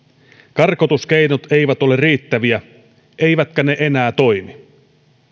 karkotuskeinot eivät ole riittäviä eivätkä ne enää toimi